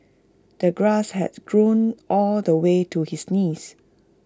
the grass has grown all the way to his knees